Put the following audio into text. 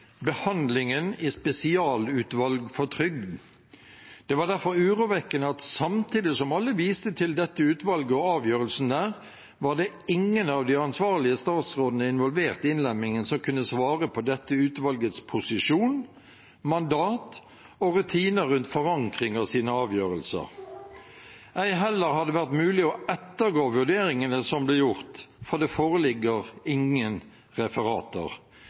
behandlingen i spesialutvalget for trygd. Det var derfor urovekkende at samtidig som alle viste til dette utvalget og avgjørelsen der, var det ingen av de ansvarlige statsrådene involvert i innlemmingen som kunne svare på dette utvalgets posisjon, mandat og rutiner rundt forankring av sine avgjørelser. Ei heller har det vært mulig å ettergå vurderingene som ble gjort, for det foreligger ingen referater.